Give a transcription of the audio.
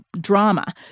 drama